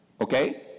Okay